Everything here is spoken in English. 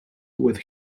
with